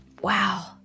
Wow